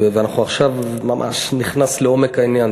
ואני עכשיו ממש נכנס לעומק העניין,